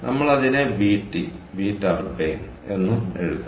നമ്മൾ അതിനെ VT V turbine എന്നും എഴുതാം